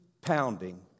pounding